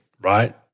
right